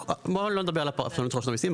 בואו לא נדבר על הפרשנות של רשות המסים.